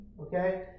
Okay